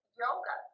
yoga